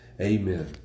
Amen